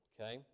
okay